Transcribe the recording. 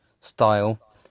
style